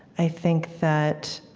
i think that